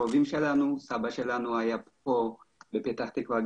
סבא שלנו היה בפתח תקווה,